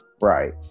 Right